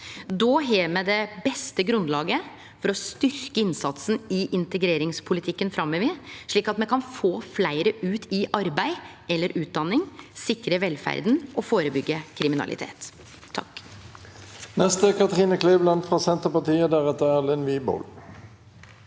Då har me det beste grunnlaget for å styrkje innsatsen i integreringspolitikken framover, slik at me kan få fleire ut i arbeid eller utdanning, sikre velferda og førebyggje kriminalitet.